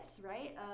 right